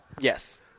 Yes